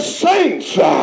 saints